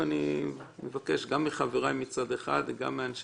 ואני מבקש מחבריי מצד אחד וגם מאנשי